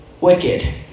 wicked